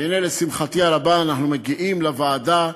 והנה, לשמחתי הרבה, אנחנו מגיעים לוועדה,